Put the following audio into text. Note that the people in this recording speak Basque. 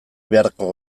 beharko